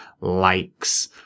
likes